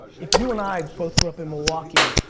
if you and i both grew up in milwaukee,